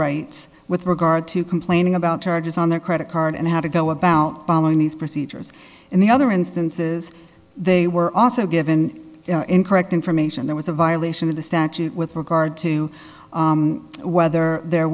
rights with regard to complaining about charges on their credit card and how to go about following these procedures in the other instances they were also given incorrect information there was a violation of the statute with regard to whether there